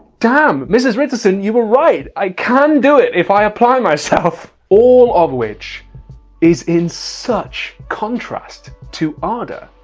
damn, mrs. richardson you were right, i can do it if i apply myself! all of which is in such contrast to ah ada.